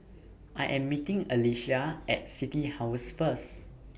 I Am meeting Alysia At City House First